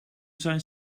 zijn